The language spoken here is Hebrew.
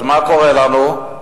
אז מה קורה לנו?